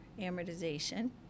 amortization